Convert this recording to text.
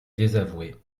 désavoué